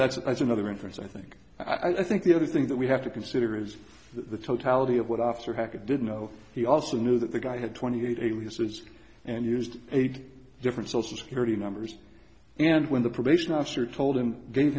that's as another inference i think i think the other thing that we have to consider is the totality of what officer hakka didn't know he also knew that the guy had twenty eight aliases and used eight different social security numbers and when the probation officer told him give